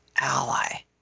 ally